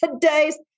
today's